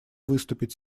выступить